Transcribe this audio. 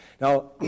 Now